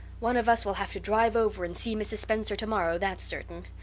one of us will have to drive over and see mrs. spencer tomorrow, that's certain.